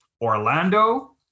Orlando